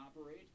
operate